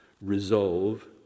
resolve